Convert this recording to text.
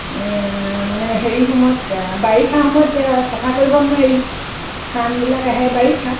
মানে হেৰি সময়ত বাৰিষা সময়ত চাফা কৰিব নোৱাৰি ফাণ্ডবিলাক আহে বাৰিষা